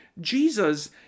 Jesus